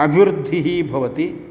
अभिवृद्धिः भवति